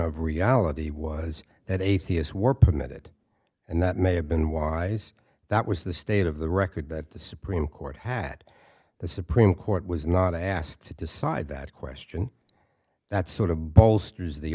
of reality was that atheists were permitted and that may have been wise that was the state of the record that the supreme court had the supreme court was not asked to decide that question that sort of